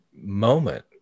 moment